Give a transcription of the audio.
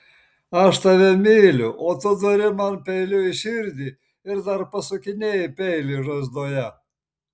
aš tave myliu o tu duri man peiliu į širdį ir dar pasukinėji peilį žaizdoje